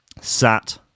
sat